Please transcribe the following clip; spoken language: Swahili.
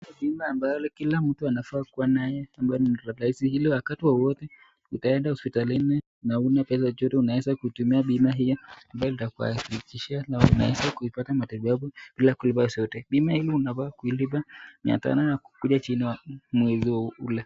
Bima ambayo kila mtu anafaa kua nayo ambayo ni rahisi ili wakati wowote utaenda hospitalini na huna pesa unaweza kutumia bima hiyo na unaweza kupata matibabu bila kulipa pesa yoyote bima hii unafaa kulipa mia tano na kukuja chini mwezi ule.